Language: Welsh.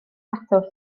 tatws